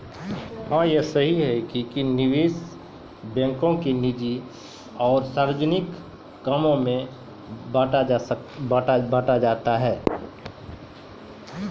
निवेश बैंको के निजी आरु सार्वजनिक कामो के सेहो बांटलो जाय छै